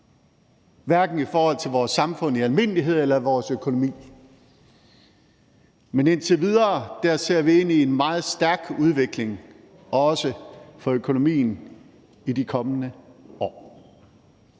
hverken i forhold til vores samfund i almindelighed eller vores økonomi. Men indtil videre ser vi ind i en meget stærk udvikling, også for økonomien, i de kommende år.